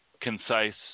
concise